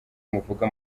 muvuga